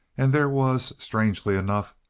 and there was, strangely enough,